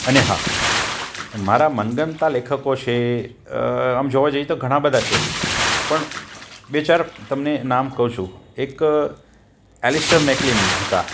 અને હા મારા મનગમતા લેખકો છે આમ જોવા જઈએ તો ઘણા બધા છે પણ બે ચાર તમને નામ કઉ છું એક એલિસ મેકલિન હતા